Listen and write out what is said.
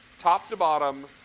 top to bottom,